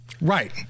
Right